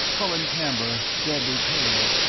colin camber, deadly pale,